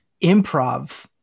improv